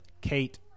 Kate